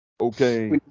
Okay